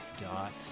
dot